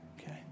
Okay